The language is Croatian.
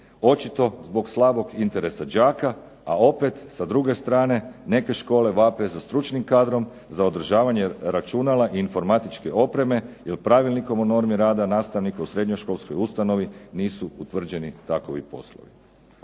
očito zbog slabog interesa đaka, a opet sa druge strane neke škole vape za stručnim kadrom, za održavanje računala i informatičke opreme jer Pravilnikom o normi rada nastavnika u srednjoškolskoj ustanovi nisu utvrđeni takovi poslovi.